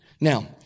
Now